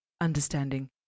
understanding